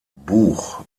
buch